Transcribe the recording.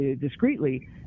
discreetly